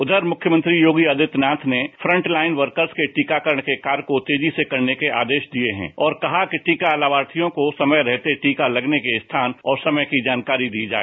उधर मुख्यमंत्री योगी आदित्यनाथ ने फ्रंट लाइन वर्कर्स के टीकाकरण के कार्य को तेजी से करने के आदेश दिए हैं और कहा कि टीका लाभार्थियों को समय रहते टीका लगने के स्थान और समय की जानकारी दी जाए